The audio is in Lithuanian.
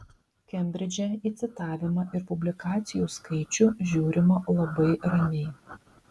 kembridže į citavimą ir publikacijų skaičių žiūrima labai ramiai